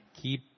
Keep